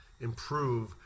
improve